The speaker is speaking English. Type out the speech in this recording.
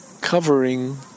covering